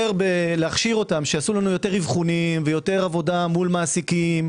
בלהכשיר אותם שיעשו לנו יותר אבחונים ויותר עבודה מול מעסיקים,